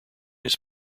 his